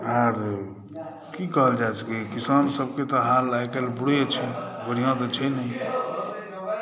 आर की कहल जा सकैए किसानसभके तऽ हाल आइकाल्हि बुरे छनि बढ़िआँ तऽ छै नहि